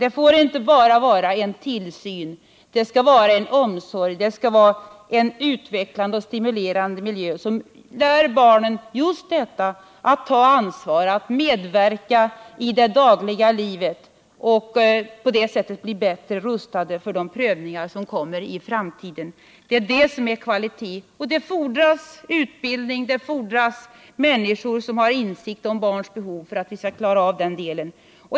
Det får inte vara enbart en tillsyn — det skall vara en omsorg, en utvecklande och stimulerande miljö, där barnen får lära sig att ta ansvar, där de får medverka i det dagliga livet och på det sättet blir bättre rustade för de prövningar som kommer i framtiden. Det är det som är kvalitet, och det fordras utbildning, det fordras människor som har insikt om barns behov för att vi skall klara av den delen.